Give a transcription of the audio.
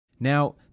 Now